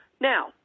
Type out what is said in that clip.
Now –